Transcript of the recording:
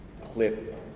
clip